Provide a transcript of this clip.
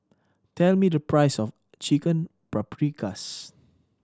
tell me the price of Chicken Paprikas